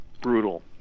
brutal